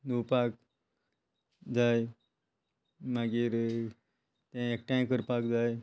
नुवपाक जाय मागीर तें एकठांय करपाक जाय